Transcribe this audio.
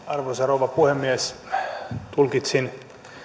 arvoisa rouva puhemies tulkitsin